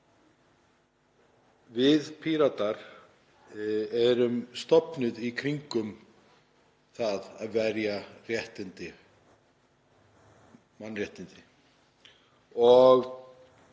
Við Píratar erum stofnuð í kringum það að verja réttindi mannréttindi.